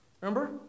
Remember